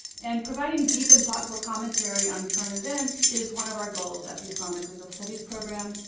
and providing deep and thoughtful commentary on current events is one of our goals at the islamic legal studies program.